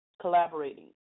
collaborating